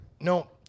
No